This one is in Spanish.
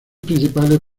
principales